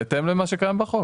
בהתאם למה שקיים בחוק.